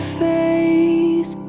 face